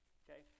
okay